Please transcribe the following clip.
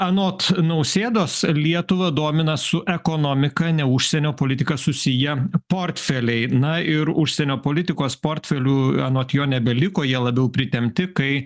anot nausėdos lietuvą domina su ekonomika ne užsienio politika susiję portfeliai na ir užsienio politikos portfelių anot jo nebeliko jie labiau pritempti kai